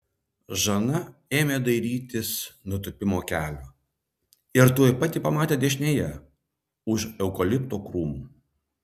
žana ėmė dairytis nutūpimo kelio ir tuoj pat jį pamatė dešinėje už eukalipto krūmų